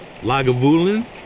Lagavulin